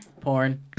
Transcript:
Porn